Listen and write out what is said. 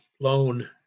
loan